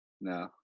no